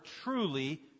truly